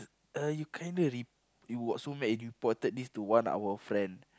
uh you kinda rep~ you got so mad you reported this to one of our friend